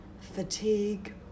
fatigue